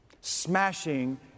smashing